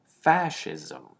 fascism